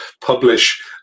publish